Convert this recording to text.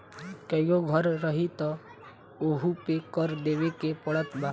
कईगो घर रही तअ ओहू पे कर देवे के पड़त बाटे